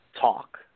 talk